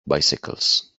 bicycles